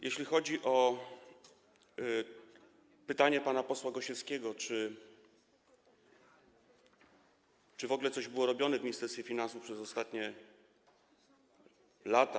Jeśli chodzi o pytanie pana posła Gosiewskiego, czy w ogóle coś było robione w Ministerstwie Finansów przez ostatnie lata.